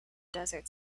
desert